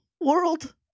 world